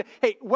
hey